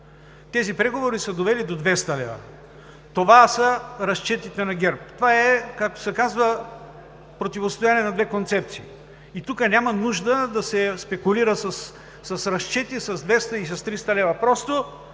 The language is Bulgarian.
Тези преговори са довели до 200 лв. Това са разчетите на ГЕРБ. Това е, както се казва, противостоене на две концепции. Тук няма нужда да се спекулира с разчети с 200 или с 300 лв.